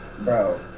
Bro